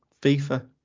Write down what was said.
FIFA